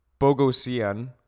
Bogosian